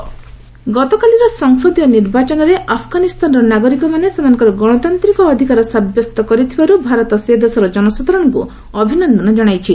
ଆଫଗାନି polls ଗତକାଲିର ସଂସଦୀୟ ନିର୍ବାଚନରେ ଆଫଗାନିସ୍ତାନର ନାଗରିକମାନେ ସେମାନଙ୍କର ଗଣତାନ୍ତିକ ଅଧିକାର ସାବ୍ୟସ୍ତ କରିଥିବାର୍ ଭାରତ ସେ ଦେଶର ଜନସାଧାରଣଙ୍କୁ ଅଭିନନ୍ଦନ ଜଣାଇଛି